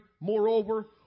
Moreover